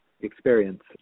Experience